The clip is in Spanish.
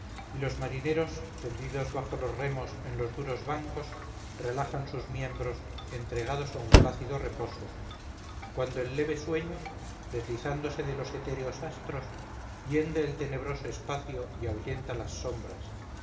y los marineros tendidos bajos los remos en los duros bancos relajaban sus miembros entregados a un plácido reposo cuando el leve sueño deslizándose de los etéreos astros hiende el tenebroso espacio y ahuyenta las sombras